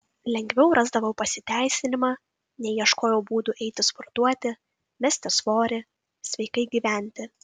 lengviau rasdavau pasiteisinimą nei ieškojau būdų eiti sportuoti mesti svorį sveikai gyventi